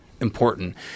important